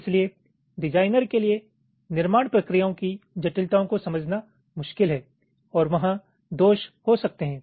इसलिए डिज़ाइनर के लिए निर्माण प्रक्रियाओं की जटिलताओं को समझना मुश्किल है और वहाँ दोष हो सकते हैं